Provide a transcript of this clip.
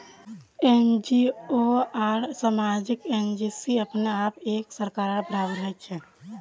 NGO आर सामाजिक agency अपने आप एक सरकारेर बराबर हछेक